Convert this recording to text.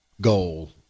goal